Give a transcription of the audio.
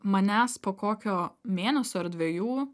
manęs po kokio mėnesio ar dvejų